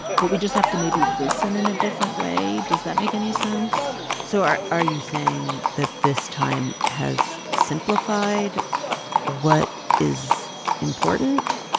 but we just have to maybe listen in a different way. does that make any sense? so are are you saying that this time has simplified what is important?